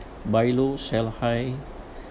buy low sell high